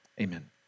amen